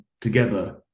together